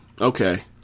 Okay